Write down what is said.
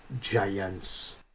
Giants